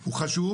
שהוא חשוב,